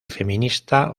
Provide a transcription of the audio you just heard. feminista